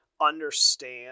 understand